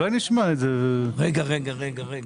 רגע, רגע.